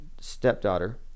stepdaughter